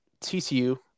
TCU